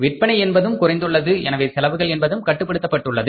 விற்பனை என்பதும் குறைந்துள்ளது எனவே செலவுகள் என்பதும் கட்டுப்படுத்தப்பட்டுள்ளது